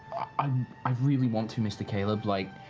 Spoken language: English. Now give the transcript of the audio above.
um i really want to, mr. caleb. like,